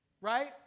Right